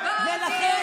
ולא רודים בה.